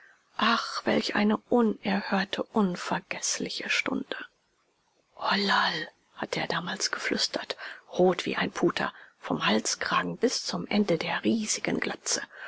ach welch eine unerhörte unvergeßliche stunde ollerl hatte er damals geflüstert rot wie ein puter vom halskragen bis zum ende der riesigen glatze